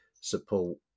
support